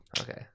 Okay